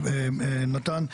נתן,